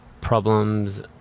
problems